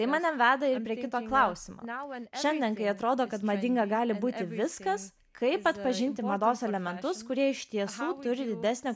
tai mane veda ir prie kito klausimo šiandien kai atrodo kad madinga gali būti viskas kaip atpažinti mados elementus kurie iš tiesų turi didesnę